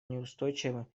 неустойчивым